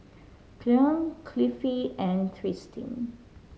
Cleon Cliffie and Tristin